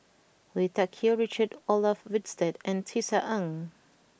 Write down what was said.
Lui Tuck Yew Richard Olaf Winstedt and Tisa Ng